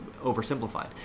oversimplified